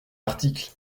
article